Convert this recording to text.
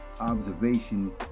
observation